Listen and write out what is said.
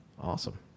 Awesome